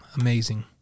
Amazing